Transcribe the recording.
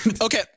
Okay